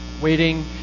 Waiting